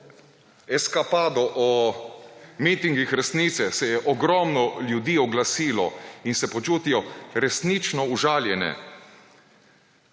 eskapado o mitingih resnice, se je ogromno ljudi oglasilo in so se počutili resnično užaljeni.